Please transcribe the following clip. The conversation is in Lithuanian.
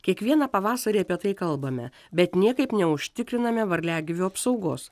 kiekvieną pavasarį apie tai kalbame bet niekaip neužtikriname varliagyvių apsaugos